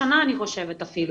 שנה אני חושבת אפילו,